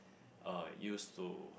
uh used to